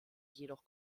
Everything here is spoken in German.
jedoch